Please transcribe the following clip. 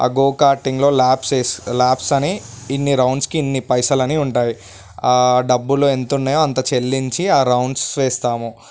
ఆ గో కార్టింగ్లో ల్యాప్స్ వేసి ల్యాప్స్ వేసి అని ఇన్ని రౌండ్స్కి ఇన్ని పైసలని ఉంటాయి డబ్బులు ఎంత ఉన్నాయో అంత చెల్లించి ఆ రౌండ్స్ వేస్తాము